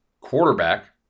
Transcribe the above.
quarterback